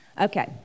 Okay